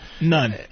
none